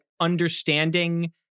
understanding